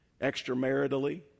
extramaritally